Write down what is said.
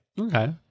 Okay